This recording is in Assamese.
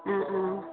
ও ও